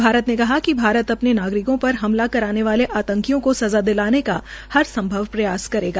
भारत ने कहा कि भारत अपने नागरिकों पर हमला करने वाले आतंकियों को सज़ा दिलाने का हर संभव प्रयास करेगा